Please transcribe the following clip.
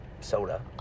soda